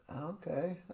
okay